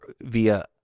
via